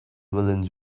villains